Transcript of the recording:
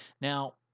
Now